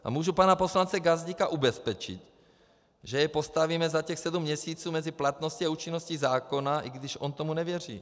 A můžu pana poslance Gazdíka ubezpečit, že jej postavíme za těch sedm měsíců mezi platností a účinností zákona, i když on tomu nevěří.